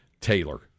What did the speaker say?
Taylor